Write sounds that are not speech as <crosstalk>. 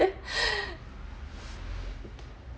<laughs>